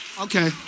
Okay